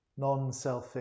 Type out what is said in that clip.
non-selfing